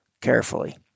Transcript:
carefully